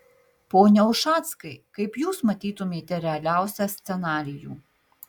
pone ušackai kaip jūs matytumėte realiausią scenarijų